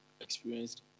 experienced